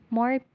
more